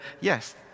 Yes